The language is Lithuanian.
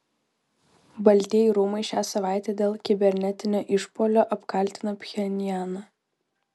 baltieji rūmai šią savaitę dėl kibernetinio išpuolio apkaltino pchenjaną